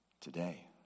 today